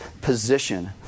position